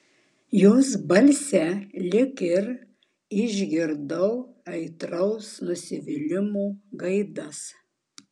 jos balse lyg ir išgirdau aitraus nusivylimo gaidas